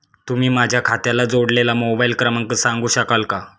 तुम्ही माझ्या खात्याला जोडलेला मोबाइल क्रमांक सांगू शकाल का?